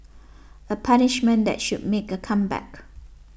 a punishment that should make a comeback